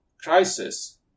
crisis